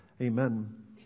Amen